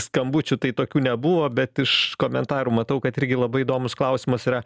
skambučių tai tokių nebuvo bet iš komentarų matau kad irgi labai įdomus klausimas yra